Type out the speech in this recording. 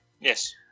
yes